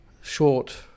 short